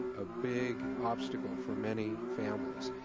a big obstacle for many families.